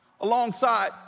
alongside